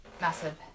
massive